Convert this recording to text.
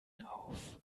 auf